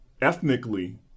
ethnically